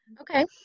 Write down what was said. Okay